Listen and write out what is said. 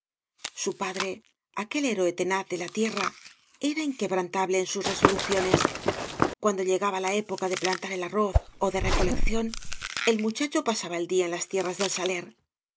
su padre aquel héroe tenaz de la tierra era inquebrantable en sus resoluciones cuando llegaba la época de plantar al arroz ó de la recolección el ojuchacho pasaba el día en las tierras del saíer